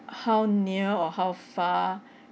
how near or how far